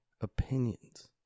opinions